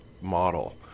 model